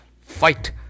fight